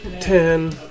Ten